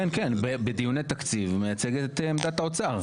כן, כן, בדיוני תקציב, מייצג את עמדת האוצר.